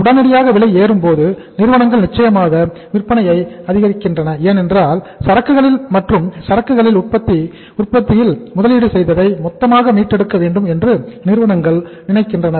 உடனடியாக விலை ஏறும்போது நிறுவனங்கள் நிச்சயமாக விற்பனையை அதிகரிக்கின்றன ஏனென்றால் சரக்குகளில் மற்றும் சரக்குகளின் உற்பத்தியில் முதலீடு செய்ததை மொத்தமாக மீட்டெடுக்க வேண்டும் என்று நிறுவனங்கள் நினைக்கின்றனர்